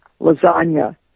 lasagna